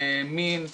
מין.